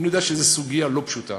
אני יודע שזה סוגיה לא פשוטה.